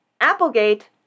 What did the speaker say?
Applegate